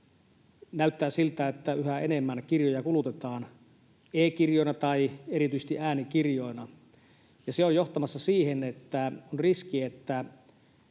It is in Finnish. Näyttää siltä, että yhä enemmän kirjoja kulutetaan e-kirjoina tai erityisesti äänikirjoina, ja se on johtamassa siihen, että on riski, että